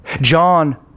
John